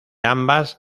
ambas